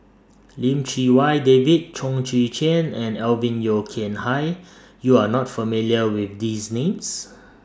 Lim Chee Wai David Chong Tze Chien and Alvin Yeo Khirn Hai YOU Are not familiar with These Names